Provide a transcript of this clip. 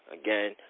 again